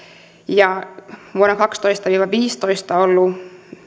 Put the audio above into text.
ja vuosina kaksitoista viiva viisitoista ollut